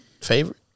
favorite